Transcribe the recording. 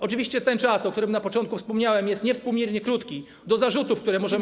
Oczywiście ten czas, o którym na początku wspomniałem, jest niewspółmiernie krótki do zarzutów, które możemy.